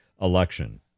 election